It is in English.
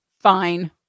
Fine